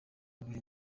buri